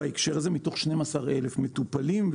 מתוך 12 אלף מטופלים,